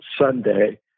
Sunday